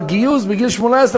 בר-גיוס בגיל 18,